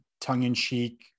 tongue-in-cheek